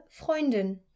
Freundin